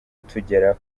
tugera